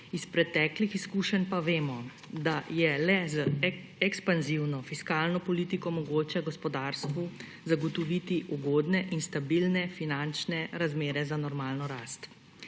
Iz preteklih izkušenj pa vemo, da je le z ekspanzivno fiskalno politiko mogoče gospodarstvu zagotoviti ugodne in stabilne finančne razmere za normalno rast.